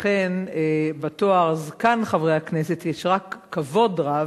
ולכן בתואר "זקן חברי הכנסת" יש רק כבוד רב,